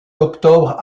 d’octobre